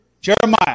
Jeremiah